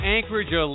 Anchorage